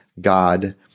God